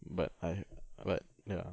but I but ya